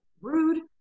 rude